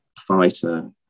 fighter